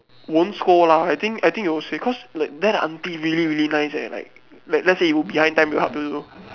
won't scold lah I think I think they it was because like there aunty really really nice eh like like let's say you behind time they help you